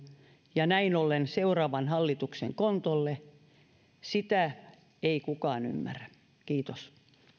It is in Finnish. ja näin ollen seuraavan hallituksen kontolle ei kukaan ymmärrä kiitos